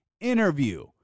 interview